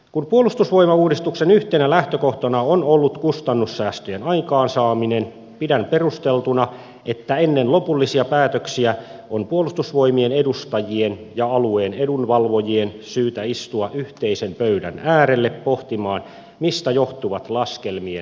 kun puolustusvoimauudistuksen yhtenä lähtökohtana on ollut kustannussäästöjen aikaansaaminen pidän perusteltuna että ennen lopullisia päätöksiä on puolustusvoimien edustajien ja alueen edunvalvojien syytä istua yhteisen pöydän äärelle pohtimaan mistä johtuvat laskelmien ristiriitaisuudet